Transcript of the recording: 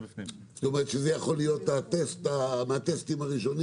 זאת אומרת שזה יכול להיות מהטסטים הראשונים